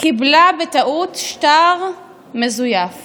קיבלה בטעות שטר מזויף